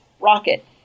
rocket